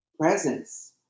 presence